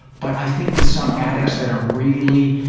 but i think with some addicts that are really,